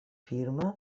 firma